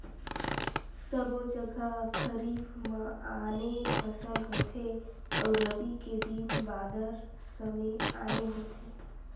सबो जघा खरीफ म आने फसल होथे अउ रबी के दिन बादर समे आने होथे